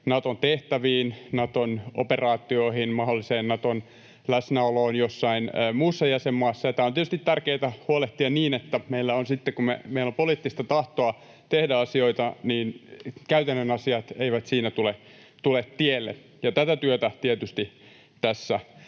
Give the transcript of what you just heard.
Naton tehtäviin, Naton operaatioihin, mahdolliseen Naton läsnäoloon jossain muussa jäsenmaassa. Tämä on tietysti tärkeätä huolehtia niin, että meillä sitten, kun meillä on poliittista tahtoa tehdä asioita, käytännön asiat eivät siinä tule tielle. Tätä työtä tietysti tässä